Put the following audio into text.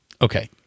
Okay